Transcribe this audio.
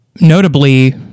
notably